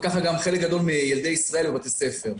וככה גם חלק גדול מילדי ישראל בבתי הספר.